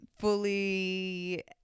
fully